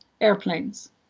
airplanes